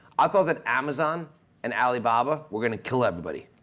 i thought that amazon and alibaba were gonna kill everybody.